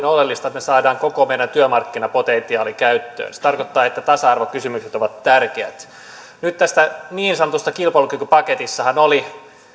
oleellista että me saamme koko meidän työmarkkinapotentiaalin käyttöön se tarkoittaa että tasa arvokysymykset ovat tärkeät nyt tässä niin sanotussa kilpailukykypaketissahan oli